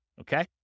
Okay